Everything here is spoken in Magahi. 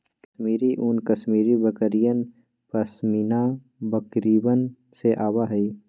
कश्मीरी ऊन कश्मीरी बकरियन, पश्मीना बकरिवन से आवा हई